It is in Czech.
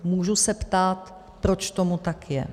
Můžu se ptát, proč tomu tak je.